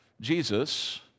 Jesus